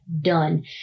done